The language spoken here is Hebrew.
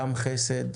גם חסד,